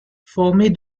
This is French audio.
former